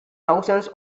thousands